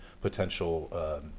potential